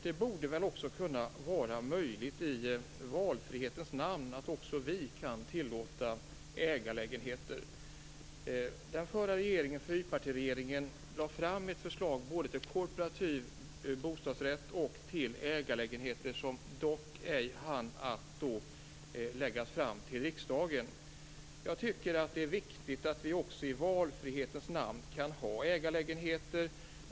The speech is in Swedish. Det borde väl i valfrihetens namn också vara möjligt för oss att tillåta ägarlägenheter. Den förra fyrpartiregeringen hade ett förslag både till kooperativa bostadsrätter och till ägarlägenheter, som dock ej hann läggas fram i riksdagen. Det är viktigt att vi i valfrihetens namn kan ha också ägarlägenheter.